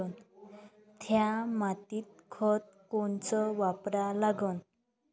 थ्या मातीत खतं कोनचे वापरा लागन?